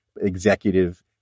executive